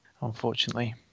Unfortunately